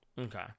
okay